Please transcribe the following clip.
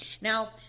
Now